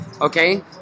Okay